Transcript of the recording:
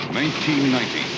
1990